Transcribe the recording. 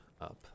up